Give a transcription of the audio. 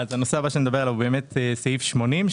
הנושא הבא שנדבר עליו הוא סעיף 80,